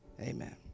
amen